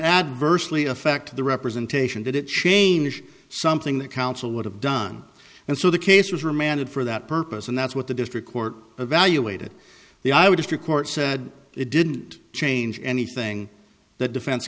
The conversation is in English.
adversely affect the representation did it change something that counsel would have done and so the case was remanded for that purpose and that's what the district court evaluated the i would have to court said it didn't change anything that defense